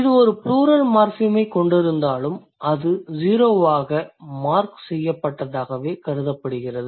இது ஒரு ப்ளூரல் மார்ஃபிமைக் கொண்டிருந்தாலும் அது ஸீரோவாகக் மார்க் செய்யப்பட்டதாகவே கருதப்படுகிறது